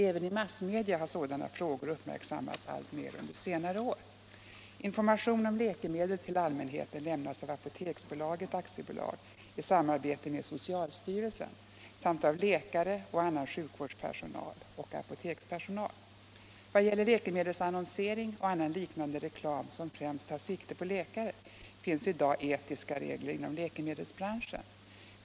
Även i massmedia har sådana frågor uppmärksammats alltmer under senare år. Information om läkemedel till allmänheten lämnas av Apoteksbolaget AB i samarbete med socialstyrelsen samt av läkare och annan sjukvårdspersonal och apotekspersonal. Vad gäller läkemedelsannonsering och annan liknande reklam som främst tar sikte på läkare finns i dag etiska regler inom läkemedelsbranschen.